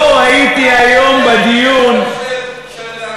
אתה לא מבין מה שאמרת,